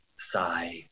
Sigh